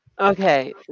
Okay